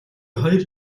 хоёр